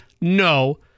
No